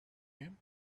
him